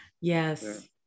Yes